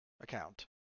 account